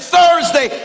Thursday